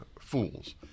fools